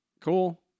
cool